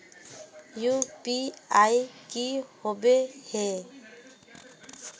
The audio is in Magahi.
यु.पी.आई की होबे है?